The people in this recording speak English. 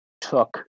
took